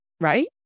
right